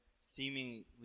seemingly